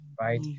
right